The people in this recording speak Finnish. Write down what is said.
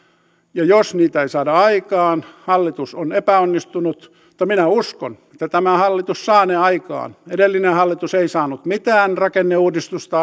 ja jos niitä ei saada aikaan hallitus on epäonnistunut mutta minä uskon että tämä hallitus saa ne aikaan edellinen hallitus ei saanut mitään rakenneuudistusta